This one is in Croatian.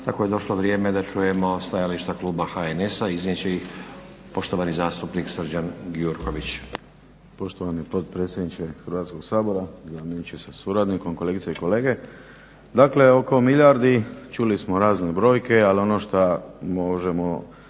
Tako je došlo vrijeme da čujemo stajalište kluba HNS-a. iznijet će ih poštovani zastupnik Srđan Gjurković. **Gjurković, Srđan (HNS)** Poštovani potpredsjedniče Hrvatskog sabora, zamjeniče sa suradnikom, kolegice i kolege. Dakle oko milijardi, čuli smo razne brojke, ali ono što možemo